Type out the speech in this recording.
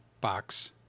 box